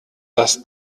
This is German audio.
dass